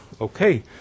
okay